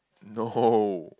no